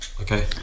Okay